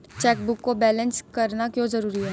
Chequebook को balance करना क्यों जरूरी है?